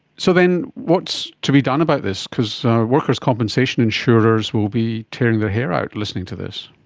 so then what's to be done about this? because workers compensation insurers will be tearing their hair out listening to this.